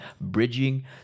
bridging